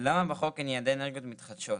למה בחוק אין יעדי אנרגיות מתחדשות?